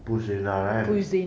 push zina right